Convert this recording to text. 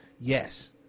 Yes